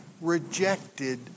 rejected